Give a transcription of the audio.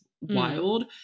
wild